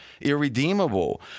irredeemable